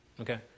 okay